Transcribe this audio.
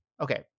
Okay